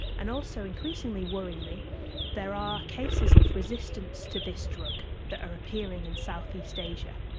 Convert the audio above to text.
and also increasingly worryingly there are cases of resistance to this drug that are appearing in southeast asia.